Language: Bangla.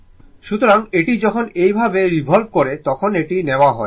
সুতরাং এটি যখন এইভাবে রিভল্ভ করে তখন এটি নেওয়া হয়